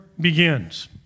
begins